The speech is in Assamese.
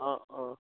অঁ অঁ